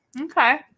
Okay